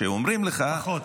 שאומרים לך, פחות.